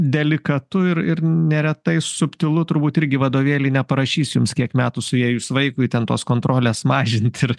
delikatu ir ir neretai subtilu turbūt irgi vadovėly neparašys jums kiek metų suėjus vaikui ten tos kontrolės mažinti ir